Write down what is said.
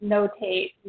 Notate